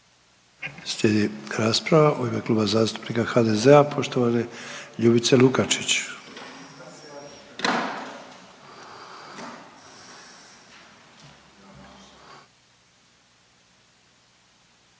Slijedi rasprava u ime Kluba zastupnika HDZ-a poštovane Ljubice Lukačić.